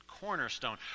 Cornerstone